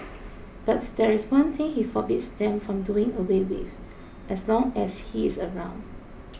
but there is one thing he forbids them from doing away with as long as he is around